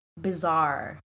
bizarre